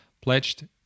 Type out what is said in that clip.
pledged